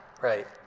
Right